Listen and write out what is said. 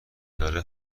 داره